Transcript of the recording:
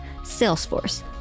salesforce